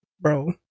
Bro